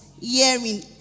Hearing